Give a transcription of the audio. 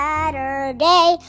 Saturday